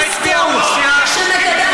מה הצביעה רוסיה?